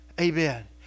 Amen